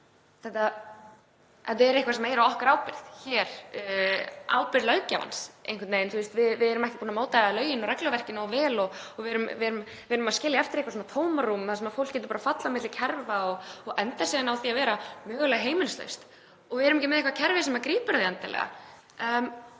þetta er eitthvað sem er á okkar ábyrgð hér, ábyrgð löggjafans. Við erum ekki búin að móta lögin og regluverkið nógu vel og við erum að skilja eftir eitthvert tómarúm þar sem fólk getur bara fallið á milli kerfa og endað síðan á því að vera mögulega heimilislaust. Við erum ekki með eitthvert kerfi sem grípur það endilega.